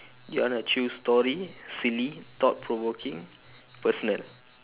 do you want to choose story silly thought provoking personal